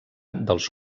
dels